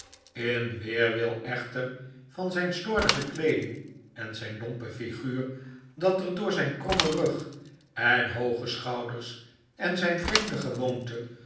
in weerwil echter van zijn slordige kleeding en zijn lomp'e figuur dat er door zijn kromme rug en hooge schouders en zijn vreemde gewoonte